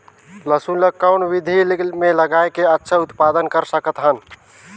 लसुन ल कौन विधि मे लगाय के अच्छा उत्पादन कर सकत हन?